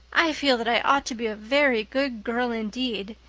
i feel that i ought to be a very good girl indeed.